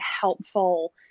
helpful